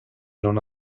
non